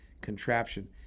contraption